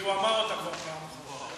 כי הוא אמר אותה כבר פעם אחת.